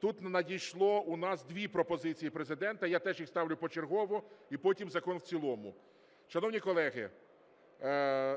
Тут надійшло у нас дві пропозиції Президента. Я теж їх ставлю почергово і потім закон в цілому. Шановні колеги,